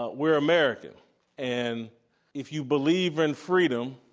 but we're american and if you believe in freedom,